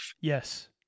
Yes